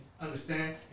understand